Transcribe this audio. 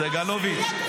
סגלוביץ',